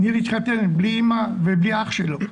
ניר התחתן בלי אמא ואח שלו.